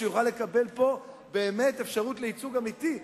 שיוכל לקבל פה באמת אפשרות של ייצוג אמיתי,